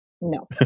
No